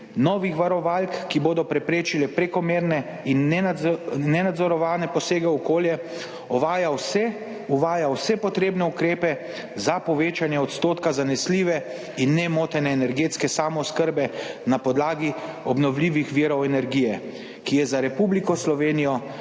novih varovalk, ki bodo preprečile prekomerne in nenenadzorovane posege v okolje, uvaja vse potrebne ukrepe za povečanje odstotka zanesljive in nemotene energetske samooskrbe na podlagi obnovljivih virov energije, ki je za Republiko Slovenijo